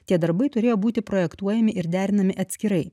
tie darbai turėjo būti projektuojami ir derinami atskirai